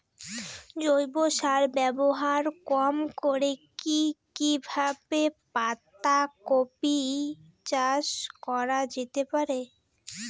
জৈব সার ব্যবহার কম করে কি কিভাবে পাতা কপি চাষ করা যেতে পারে?